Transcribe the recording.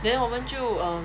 then 我们就 um